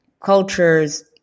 cultures